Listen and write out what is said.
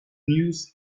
news